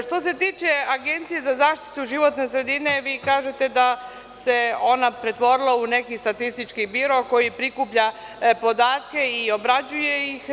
Što se tiče Agencije za zaštitu životne sredine, vi kažete da se ona pretvorila u neki statistički biro koji prikuplja podatke i obrađuje ih.